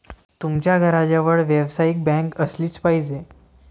तुमच्या घराजवळ व्यावसायिक बँक असलीच पाहिजे